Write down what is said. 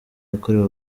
yakorewe